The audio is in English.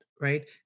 right